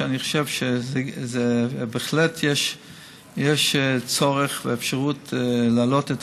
אני חושב שבהחלט יש צורך ואפשרות להעלות את